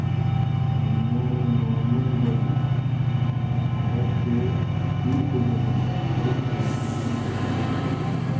दुनिया में Norman Borlaug Bharat के सी सुब्रमण्यम हरित क्रांति के जनक हलई